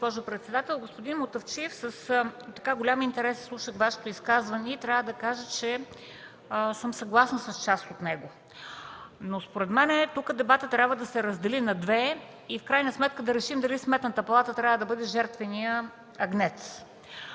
Господин Мутафчиев, с голям интерес слушах Вашето изказване и трябва да кажа, че съм съгласна с част от него. Според мен дебатът трябва да се раздели на две и в крайна сметка да решим дали Сметната палата трябва да бъде жертвеният агнец.